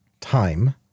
Time